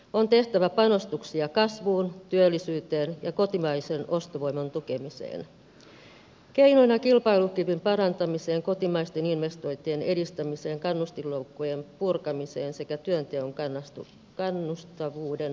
on tehtävä panostuksia kasvuun työllisyyteen ja kotimaisen ostovoiman tukemiseen keinoina kilpailukyvyn parantamiseen kotimaisten investointien edistämiseen kannustinloukkujen purkamiseen sekä työnteon kannustavuuden lisäämiseen